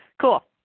Cool